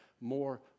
more